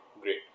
great